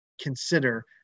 consider